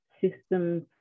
systems